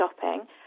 shopping